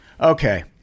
okay